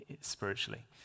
spiritually